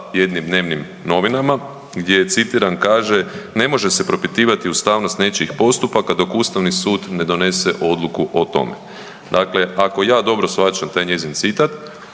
jednim dnevnim novinama gdje je citiram kaže, ne može se propitivati ustavnost nečijih postupaka dok Ustavni sud ne donese odluku o tome. Dakle, ako ja dobro shvaćam taj njezin citat,